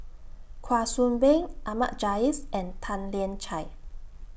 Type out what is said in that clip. Kwa Soon Bee Ahmad Jais and Tan Lian Chye